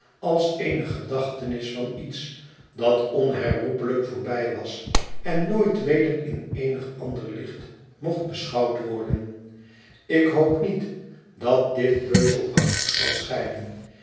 als eene gedachtenis van iets dat onherroepelijk voorbij was en nooit weder in eenig ander licht mocht beschouwd worden ik hoop niet dat dit beuzelachtig zal schijnen